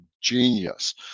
genius